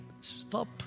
stop